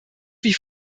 wie